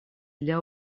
для